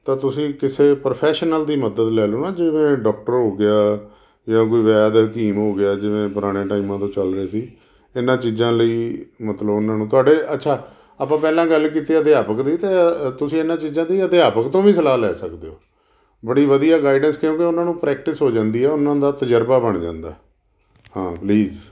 ਤਾਂ ਤੁਸੀਂ ਕਿਸੇ ਪ੍ਰੋਫੈਸ਼ਨਲ ਦੀ ਮਦਦ ਲੈ ਲਓ ਨਾ ਜਿਵੇਂ ਡਾਕਟਰ ਹੋ ਗਿਆ ਜਾਂ ਕੋਈ ਵੈਦ ਹਕੀਮ ਹੋ ਗਿਆ ਜਿਵੇਂ ਪੁਰਾਣੇ ਟਾਈਮਾਂ ਤੋਂ ਚੱਲ ਰਹੇ ਸੀ ਇਹਨਾਂ ਚੀਜ਼ਾਂ ਲਈ ਮਤਲਬ ਉਹਨਾਂ ਨੂੰ ਤੁਹਾਡੇ ਅੱਛਾ ਆਪਾਂ ਪਹਿਲਾਂ ਗੱਲ ਕੀਤੀ ਅਧਿਆਪਕ ਦੀ ਤਾਂ ਤੁਸੀਂ ਇਹਨਾਂ ਚੀਜ਼ਾਂ ਦੀ ਅਧਿਆਪਕ ਤੋਂ ਵੀ ਸਲਾਹ ਲੈ ਸਕਦੇ ਹੋ ਬੜੀ ਵਧੀਆ ਗਾਈਡੈਂਸ ਕਿਉਂਕਿ ਉਹਨਾਂ ਨੂੰ ਪ੍ਰੈਕਟਿਸ ਹੋ ਜਾਂਦੀ ਆ ਉਹਨਾਂ ਦਾ ਤਜ਼ੁਰਬਾ ਬਣ ਜਾਂਦਾ ਹਾਂ ਪਲੀਜ਼